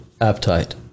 appetite